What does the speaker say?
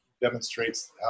demonstrates